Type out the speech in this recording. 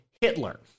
Hitler